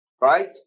right